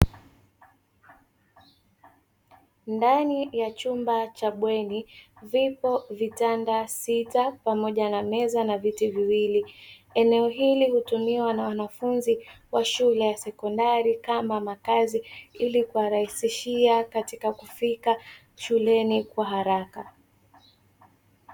Ndani ya chumba cha bweni vipo vitanda sita, pamoja na meza na viti viwili. Eneo hili hutumiwa na wanafunzi wa shule ya sekondari kama makazi ili kuwa rahisishia katika kufika shuleni kwa haraka.